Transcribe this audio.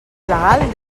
legal